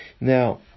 Now